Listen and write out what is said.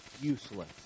useless